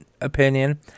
opinion